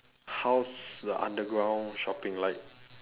how's the underground shopping like